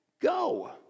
Go